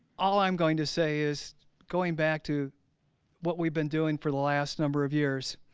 all i'm going to say is going back to what we've been doing for the last number of years